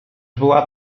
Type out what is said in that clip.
była